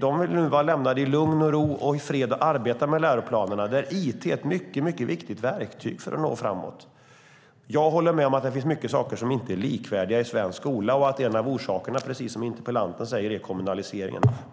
De vill bli lämnade i lugn och ro för att i fred arbeta med läroplanerna, där it är ett mycket viktigt verktyg för att nå framåt. Jag håller med om att det finns många saker som inte är likvärdiga i svensk skola och att en av orsakerna, precis som interpellanten säger, är kommunaliseringen.